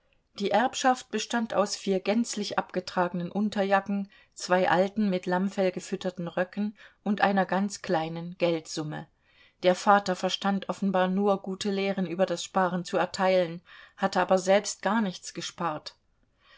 die erbschaft bestand aus vier gänzlich abgetragenen unterjacken zwei alten mit lammfell gefütterten röcken und einer ganz kleinen geldsumme der vater verstand offenbar nur gute lehren über das sparen zu erteilen hatte aber selbst gar nichts gespart